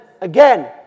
again